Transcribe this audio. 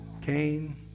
Cain